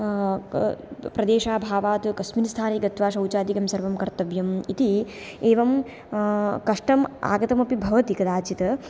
प्रदेशाभावात् कस्मिन् स्थाने गत्वा शौचादिकं सर्वं कर्तव्यम् इति एवं कष्टं आगतम् अपि भवति कदाचित्